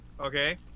Okay